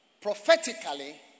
prophetically